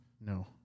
No